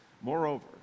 Moreover